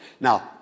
Now